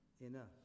enough